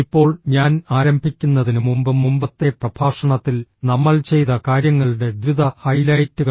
ഇപ്പോൾ ഞാൻ ആരംഭിക്കുന്നതിന് മുമ്പ് മുമ്പത്തെ പ്രഭാഷണത്തിൽ നമ്മൾ ചെയ്ത കാര്യങ്ങളുടെ ദ്രുത ഹൈലൈറ്റുകൾ